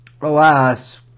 alas